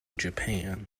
japan